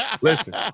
Listen